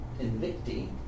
Invicti